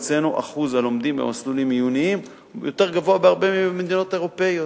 אצלנו אחוז הלומדים במסלולים עיוניים יותר גבוה מבהרבה מדינות אירופיות.